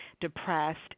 depressed